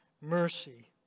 mercy